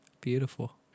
beautiful